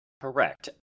Correct